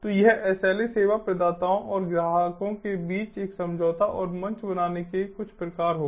तो यह SLA सेवा प्रदाताओं और ग्राहकों के बीच एक समझौता और मंच बनाने के कुछ प्रकार होगा